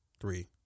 three